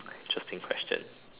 interesting question